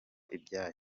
ibyabo